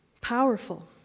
Powerful